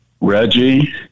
Reggie